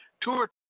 tour